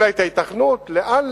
אלא את ההיתכנות של העברת